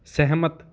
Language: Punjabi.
ਸਹਿਮਤ